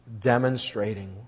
demonstrating